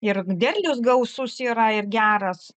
ir derlius gausus yra ir geras